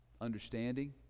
understanding